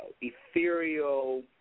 ethereal